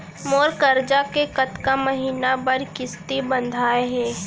मोर करजा के कतका महीना बर किस्ती बंधाये हे?